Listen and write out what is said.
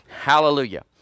Hallelujah